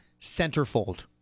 centerfold